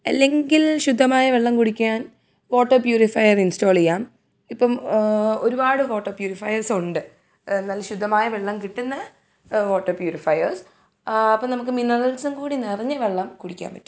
അല്ലെങ്കിൽ ശുദ്ധമായ വെള്ളം കുടിക്കാൻ വാട്ടർ പ്യൂരിഫയർ ഇൻസ്റ്റാൾ ചെയ്യാം ഇപ്പം ഒരുപാട് വാട്ടർ പ്യൂരിഫയേഴ്സ് ഉണ്ട് നല്ല ശുദ്ധമായ വെള്ളം കിട്ടുന്ന വാട്ടർ പ്യൂരിഫയേഴ്സ് അപ്പോൾ നമുക്ക് മിനറൽസും കൂടി നിറഞ്ഞ വെള്ളം കുടിക്കാൻ പറ്റും